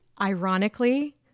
Ironically